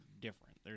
different